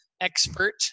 expert